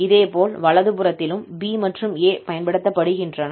இதேபோல் வலது புறத்திலும் 𝑏 மற்றும் 𝑎 பயன்படுத்தப்படுகின்றன